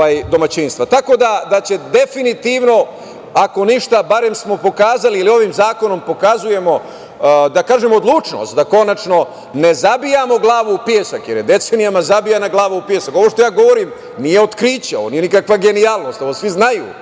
i domaćinstva. Ako ništa, barem smo pokazali, ili ovim zakonom pokazujemo, odlučnost da konačno ne zabijamo glavu u pesak, jer je decenijama zabijana glava u pesak. Ovo što ja govorim nije otkriće, nije nikakva genijalnost, ovo svi znaju.